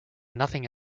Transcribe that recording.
nothing